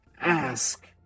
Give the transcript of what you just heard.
ask